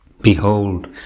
Behold